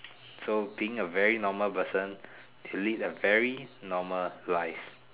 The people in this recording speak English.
so being a very normal person to lead a very normal life